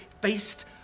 based